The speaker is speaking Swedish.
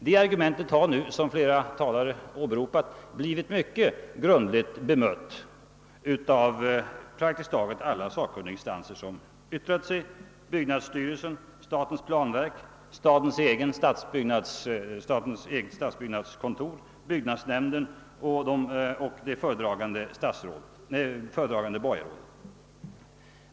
Det argumentet har som flera talare framhållit blivit myc ket grundligt bemött av praktiskt taget alla sakkunniginstanser som yttrat sig: byggnadsstyrelsen, statens planverk, stadens eget stadsbyggnadskontor, byggnadsnämnden och det föredragande borgarrådet.